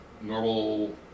normal